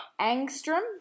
angstrom